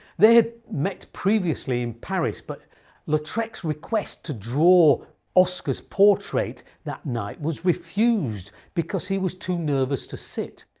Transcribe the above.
they had met previously in paris, but like henri's request to draw oscar's portrait that night was refused because he was too nervous to sit.